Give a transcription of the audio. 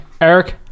Eric